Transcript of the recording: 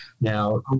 Now